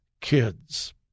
Kids